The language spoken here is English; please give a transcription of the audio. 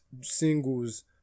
singles